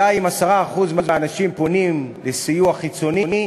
די אם 10% מהאנשים פונים לסיוע חיצוני,